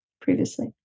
previously